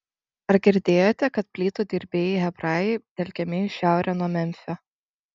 ar girdėjote kad plytų dirbėjai hebrajai telkiami į šiaurę nuo memfio